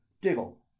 Diggle